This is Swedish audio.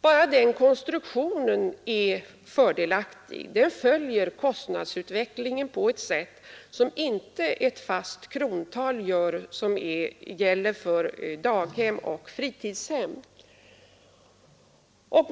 Bara konstruktionen i sig är fördelaktig, eftersom den följer kostnadsutvecklingen på ett sätt som ett fast krontal — såsom nu gäller för daghem och fritidshem — inte kan göra.